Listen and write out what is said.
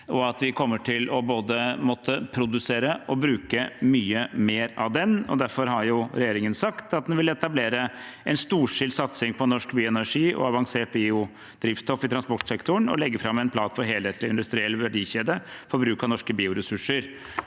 og at vi kommer til å måtte både produsere og bruke mye mer av den. Derfor har regjeringen sagt at den vil etablere en storstilt satsing på norsk bioenergi og avansert biodrivstoff i transportsektoren og legge fram en plan for en helhetlig og industriell verdikjede for bruk av norske bioressurser.